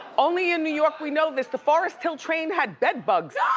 only in new york we know this, the forest hill train had bedbugs. ah